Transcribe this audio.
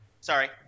sorry